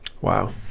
Wow